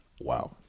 Wow